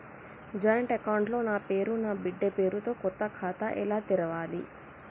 Joint account లో నా పేరు నా బిడ్డే పేరు తో కొత్త ఖాతా ఎలా తెరవాలి?